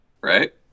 Right